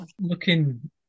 Looking